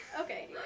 Okay